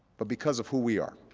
but because of who we are